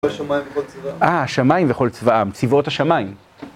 השמיים וכל צבאם. אה, השמיים וכל צבאם. צבאות השמיים.